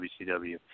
WCW